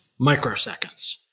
microseconds